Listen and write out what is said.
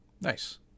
nice